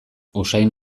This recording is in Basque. usain